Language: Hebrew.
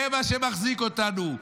זה מה שמחזיק אותנו,